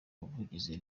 ubuvugizi